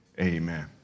amen